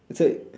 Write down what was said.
say